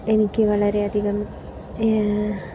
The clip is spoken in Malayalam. എനിക്ക് വളരെ അധികം